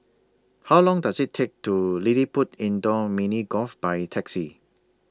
How Long Does IT Take to LilliPutt Indoor Mini Golf By Taxi